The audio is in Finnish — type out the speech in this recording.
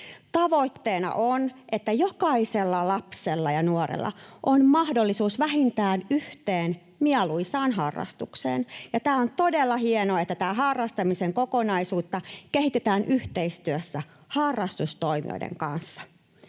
Tavoitteena on, että jokaisella lapsella ja nuorella on mahdollisuus vähintään yhteen mieluisaan harrastukseen. Ja on todella hienoa, että tätä harrastamisen kokonaisuutta kehitetään yhteistyössä harrastustoimijoiden kanssa.